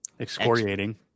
Excoriating